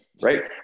right